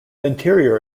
interior